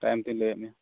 time ᱛᱚᱧ ᱞᱟᱹᱭᱟᱜ ᱢᱮᱭᱟ